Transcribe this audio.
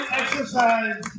exercise